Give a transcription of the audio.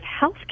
health